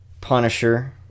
Punisher